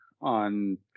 on